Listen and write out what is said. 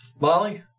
Molly